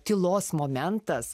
tylos momentas